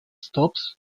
stops